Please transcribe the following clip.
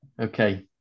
okay